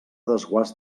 desguàs